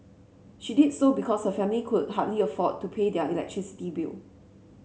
she did so because her family could hardly afford to pay their electricity bill